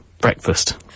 breakfast